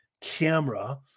camera